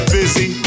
busy